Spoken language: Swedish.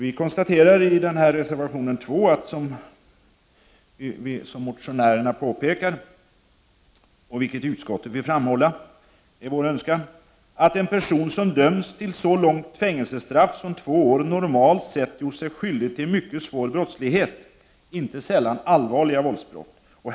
Vi konstaterar i reservation 2: ”Som motionärerna påpekar, och vilket utskottet vill framhålla, har en person som har dömts till ett så långt fängelsestraff som två år normalt sett gjort sig skyldig till mycket svår brottslighet, inte sällan allvarliga vålds brott.